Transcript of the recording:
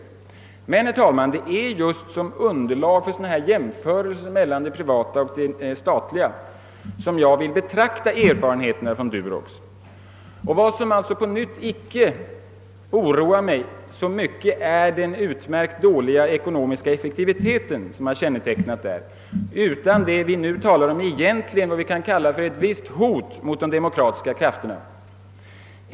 Men, herr talman, det är just som underlag för sådana här jämförelser mellan det privata och det statliga som jag vill betrakta erfarenheterna från Durox. Vad som alltså oroar mig är icke så mycket den utomordentligt dåliga ekonomiska effektivitet som har kännetecknat Durox, utan det är vad vi nu egentligen talar om och som vi kan kalla ett visst hot mot de demokratiska krafterna.